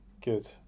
Good